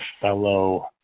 fellow